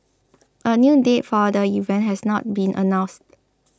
a new date for the event has not been announced